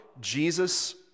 Jesus